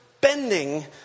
bending